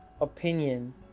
opinion